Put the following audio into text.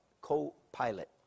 co-pilot